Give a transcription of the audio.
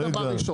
זה דבר ראשון.